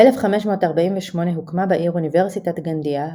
ב-1548 הוקמה בעיר אוניברסיטת גנדיה,